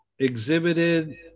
exhibited